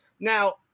Now